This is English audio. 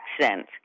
accent